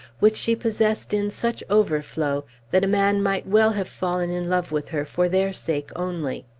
which she possessed in such overflow that a man might well have fallen in love with her for their sake only.